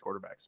quarterbacks